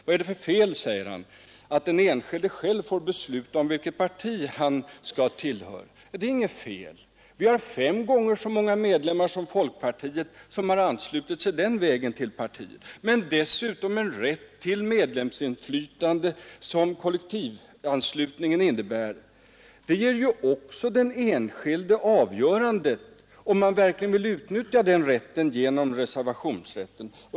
Vad är det för fel, säger herr Sjöholm, med att den enskilde själv får besluta vilket parti han skall tillhöra? Det är inget fel. Vi har fem gånger så många medlemmar som folkpartiet som den vägen har anslutit sig till partiet. Dessutom ger kollektivanslutningen en rätt till medlemsinflytande. Den enskilde kan genom reservationsrätten avgöra om han verkligen vill utnyttja den rätten.